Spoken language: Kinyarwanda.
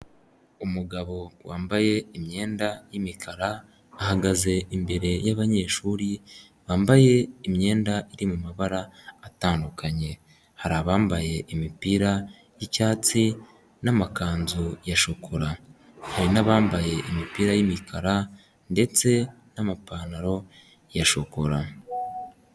Umugabo wambaye imyenda y'imikara ahagaze imbere y'abanyeshuri bambaye imyenda iri mu mabara atandukanye, hari abambaye imipira y'icyatsi n'amakanzu ya shokora, hari n'abambaye imipira y'imikara ndetse n'amapantaro ya shokora.